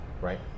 right